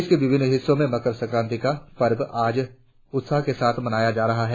देश के विभिन्न हिस्सों में मकर संक्रांति का पर्व आज उत्साह के साथ मनाया जा रहा है